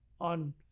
on